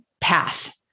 path